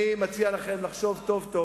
אני מציע לכם לחשוב טוב טוב.